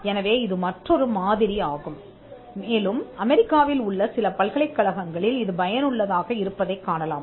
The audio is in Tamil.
எனவே இது மற்றொரு மாதிரி ஆகும் மேலும் அமெரிக்காவில் உள்ள சில பல்கலைக்கழகங்களில் இது பயனுள்ளதாக இருப்பதைக் காணலாம்